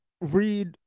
read